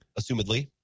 assumedly